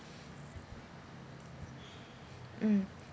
mm